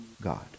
God